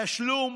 התשלום